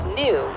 new